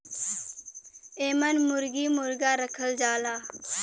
एमन मुरगी मुरगा रखल जाला